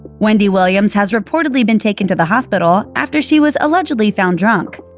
wendy williams has reportedly been taken to the hospital after she was allegedly found drunk.